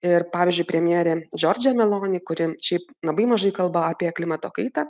ir pavyzdžiui premjerė džordžė meloni kuri šiaip labai mažai kalba apie klimato kaitą